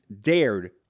dared